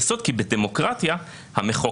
בניגוד לדבריו של ראש הממשלה.